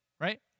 right